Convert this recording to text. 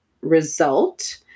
result